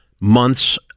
months